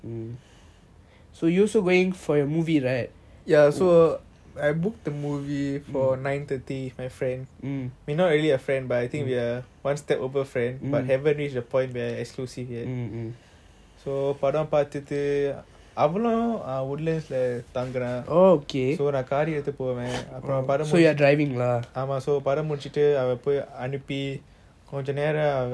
ya so I book the movie for nine thirty my friend okay not really a friend but I think we're one step over friend but haven't reach the point where exclusive yet so படம் பாதித்து அவளும்:padam paathuthu avalum err woodlands தனுர் நான்:thanura naan car எடுத்துட்டு போவான் அப்புறம் படம் முடிச்சிட்டு அவ பொய் அனுப்பி கொஞ்சம் நேர அவகிட்ட இருந்து அபிராம நான் வீட்டுக்கு போவான்:yeaduthutu povan apram padam mudichitu ava poi anupi konjam nera avakita irunthu aprama naan veetuku povan